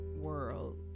world